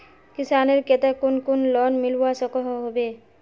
किसानेर केते कुन कुन लोन मिलवा सकोहो होबे?